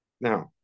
Now